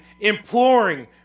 imploring